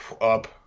Up